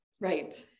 Right